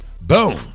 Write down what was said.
Boom